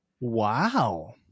Wow